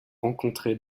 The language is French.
rencontrer